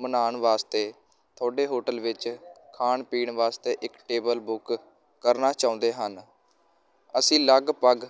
ਮਨਾਉਣ ਵਾਸਤੇ ਤੁਹਾਡੇ ਹੋਟਲ ਵਿੱਚ ਖਾਣ ਪੀਣ ਵਾਸਤੇ ਇੱਕ ਟੇਬਲ ਬੁੱਕ ਕਰਨਾ ਚਾਹੁੰਦੇ ਹਨ ਅਸੀਂ ਲਗਭਗ